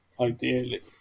ideally